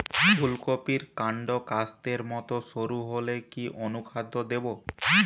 ফুলকপির কান্ড কাস্তের মত সরু হলে কি অনুখাদ্য দেবো?